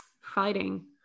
fighting